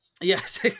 Yes